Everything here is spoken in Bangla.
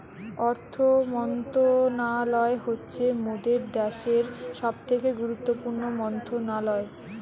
অর্থ মন্ত্রণালয় হচ্ছে মোদের দ্যাশের সবথেকে গুরুত্বপূর্ণ মন্ত্রণালয়